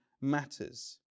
matters